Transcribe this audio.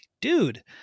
dude